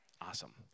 Awesome